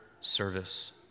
service